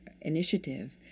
initiative